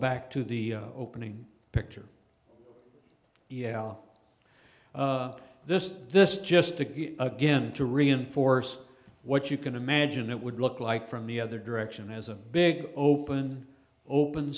back to the opening picture this this just to again to reinforce what you can imagine it would look like from the other direction as a big open open